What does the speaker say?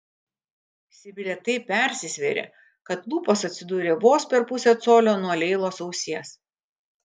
sibilė taip persisvėrė kad lūpos atsidūrė vos per pusę colio nuo leilos ausies